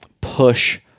push